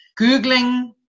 Googling